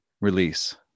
Release